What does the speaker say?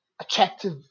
attractive